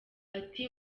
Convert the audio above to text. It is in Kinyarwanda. ati